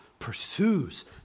pursues